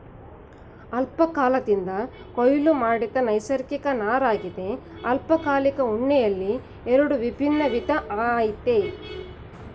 ಅಲ್ಪಕಾದಿಂದ ಕೊಯ್ಲು ಮಾಡಿದ ನೈಸರ್ಗಿಕ ನಾರಗಿದೆ ಅಲ್ಪಕಾಲಿಕ ಉಣ್ಣೆಯಲ್ಲಿ ಎರಡು ವಿಭಿನ್ನ ವಿಧ ಆಯ್ತೆ